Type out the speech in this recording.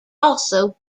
also